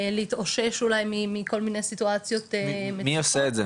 להתאושש אולי מכל מיני סיטואציות --- מי עושה את זה?